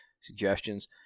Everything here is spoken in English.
suggestions